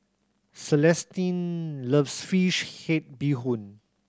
Celestine loves fish head bee hoon